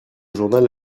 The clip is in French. journal